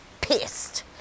pissed